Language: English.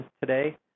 today